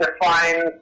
defines